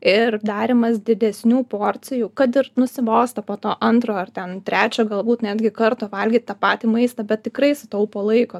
ir darymas didesnių porcijų kad ir nusibosta po to antro ar ten trečio galbūt netgi karto valgyt tą patį maistą bet tikrai sutaupo laiko